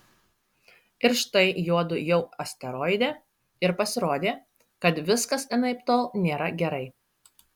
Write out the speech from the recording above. ir štai juodu jau asteroide ir pasirodė kad viskas anaiptol nėra gerai